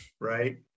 right